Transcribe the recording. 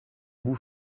vous